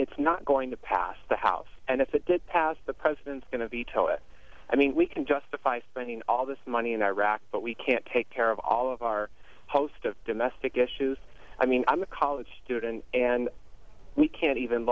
it's not going to pass the house and if it did pass the president's going to veto it i mean we can justify spending all this money in iraq but we can't take care of all of our host of domestic issues i mean i'm a college student and we can't even